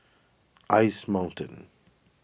Ice Mountain